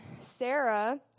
Sarah